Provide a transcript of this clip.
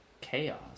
chaos